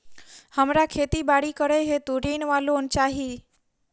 हमरा खेती बाड़ी करै हेतु ऋण वा लोन चाहि?